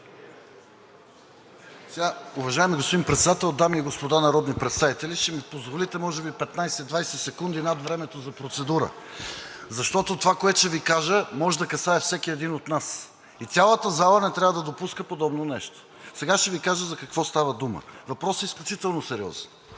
Уважаеми господин Председател, дами и господа народни представители! Ще ми позволите може би 15 – 20 секунди над времето за процедура. Защото това, което ще Ви кажа, може да касае всеки един от нас. Цялата зала не трябва да допуска подобно нещо. Сега ще Ви кажа за какво става дума. Въпросът е изключително сериозен.